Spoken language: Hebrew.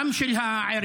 גם של העירייה,